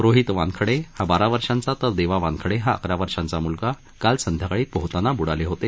रोहित वानखडे हा बारा वर्षांचा तर देवा वानखडे हा अकरा वर्षांचा मूलगा काल संध्याकाळी पोहताना ब्डाले होते